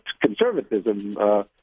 conservatism